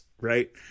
right